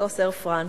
במטוס "אייר פראנס".